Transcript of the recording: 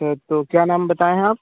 अच्छा तो क्या नाम बताए हैं आप